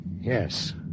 Yes